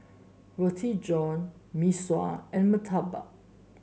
Roti John Mee Sua and murtabak